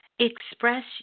Express